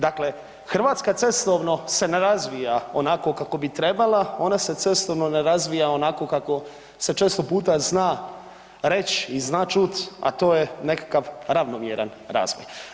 Dakle, Hrvatska cestovno se ne razvija onako kako bi trebala, ona se cestovno ne razvija onako kako se često puta zna reći i zna čuti, a to je nekakav ravnomjeran razvoj.